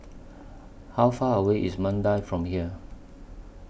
How Far away IS Mandai from here